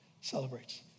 celebrates